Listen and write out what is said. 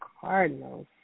Cardinals